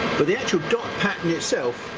but the actual dot pattern itself